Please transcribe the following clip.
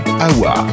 Awa